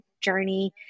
journey